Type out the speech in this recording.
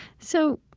so,